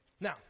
Now